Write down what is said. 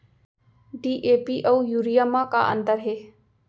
DAP अऊ urea म का अंतर हे?